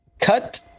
cut